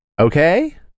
Okay